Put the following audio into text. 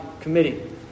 committee